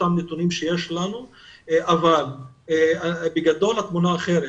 אותם נתונים שיש לנו אבל בגדול התמונה אחרת.